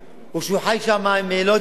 או שהוא חי שם עם לא יודע מה,